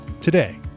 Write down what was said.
today